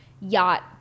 Yacht